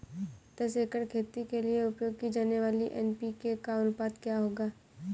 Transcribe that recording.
दस एकड़ खेती के लिए उपयोग की जाने वाली एन.पी.के का अनुपात क्या होगा?